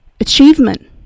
achievement